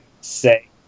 say